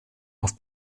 auf